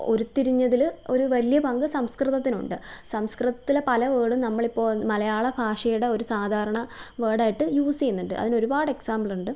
ഉരുത്തിരിഞ്ഞതില് ഒരു വലിയ പങ്ക് സംസ്കൃതത്തിനുണ്ട് സംസ്കൃതത്തിലെ പല വേഡും നമ്മൾ ഇപ്പോൾ മലയാള ഭാഷയുടെ ഒരു സാധാരണ വേർഡ് ആയിട്ട് യൂസ് ചെയ്യുന്നുണ്ട് അതിനൊരുപാട് എക്സാംപ്ള് ഉണ്ട്